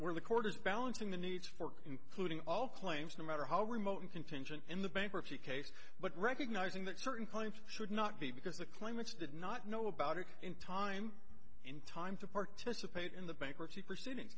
where the court is balancing the needs for including all claims no matter how remote and contingent in the bankruptcy case but recognizing that certain claims should not be because the claimants did not know about it in time in time to participate in the bankruptcy proceedings